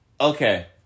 Okay